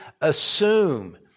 assume